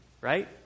right